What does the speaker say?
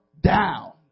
down